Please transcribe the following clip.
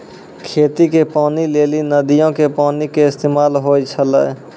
खेती के पानी लेली नदीयो के पानी के इस्तेमाल होय छलै